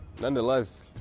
nonetheless